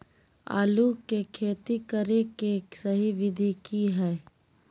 आलू के खेती करें के सही विधि की हय?